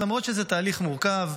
למרות שזה תהליך מורכב,